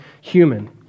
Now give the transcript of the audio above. human